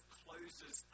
closes